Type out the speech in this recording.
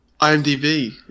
IMDb